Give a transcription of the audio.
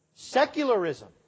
Secularism